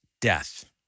death